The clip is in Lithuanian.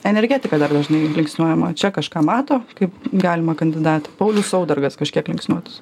energetika dar dažnai linksniuojama čia kažką mato kaip galimą kandidatą paulius saudargas kažkiek linksniuotas